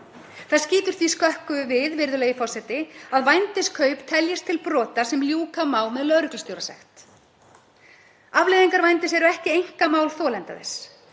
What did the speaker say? Það skýtur því skökku við, virðulegi forseti, að vændiskaup teljist til brota sem ljúka má með lögreglustjórasekt. Afleiðingar vændis eru ekki einkamál þolenda þess.